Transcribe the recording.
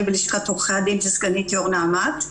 בלשכת עורכי הדין וסגנית יו"ר נעמ"ת.